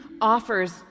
offers